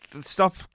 Stop